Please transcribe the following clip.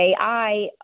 AI